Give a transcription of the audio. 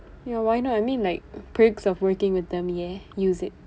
ya why not I mean like perks of working with them ya use it